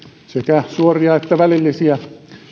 sekä suoria että välillisiä